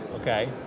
okay